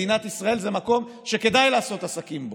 מדינת ישראל זה מקום שכדאי לעשות עסקים בו,